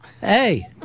Hey